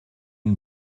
une